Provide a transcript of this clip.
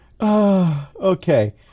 Okay